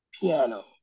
piano